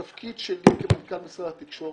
התפקיד שלי כמנכ"ל משרד התקשורת,